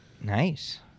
Nice